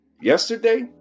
yesterday